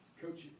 Coach